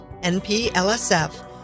NPLSF